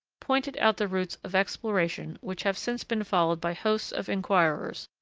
pointed out the routes of exploration which have since been followed by hosts of inquirers,